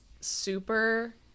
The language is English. super